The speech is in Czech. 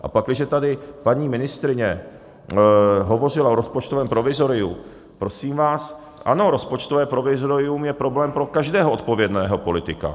A pakliže tady paní ministryně hovořila o rozpočtovém provizoriu prosím vás, ano, rozpočtové provizorium je problém pro každého odpovědného politika.